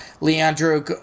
Leandro